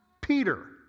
Peter